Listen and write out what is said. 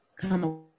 Come